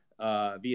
via